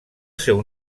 seu